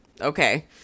Okay